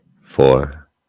four